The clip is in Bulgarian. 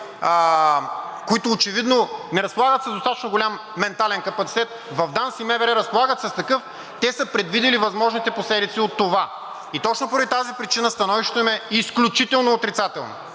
които очевидно не разполагат с достатъчно голям ментален капацитет, в ДАНС и МВР разполагат с такъв, те са предвидили възможните последици от това. Точно поради тази причина становището им е изключително отрицателно.